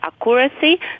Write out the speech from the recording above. accuracy